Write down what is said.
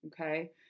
okay